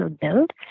build